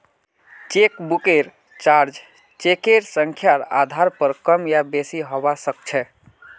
चेकबुकेर चार्ज चेकेर संख्यार आधार पर कम या बेसि हवा सक्छे